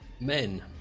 men